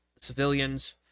civilians